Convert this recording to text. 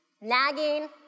Nagging